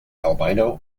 albino